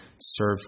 serve